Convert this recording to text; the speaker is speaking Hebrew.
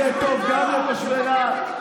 יהיה טוב גם לתושבי רהט,